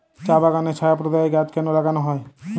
চা বাগানে ছায়া প্রদায়ী গাছ কেন লাগানো হয়?